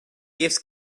gifts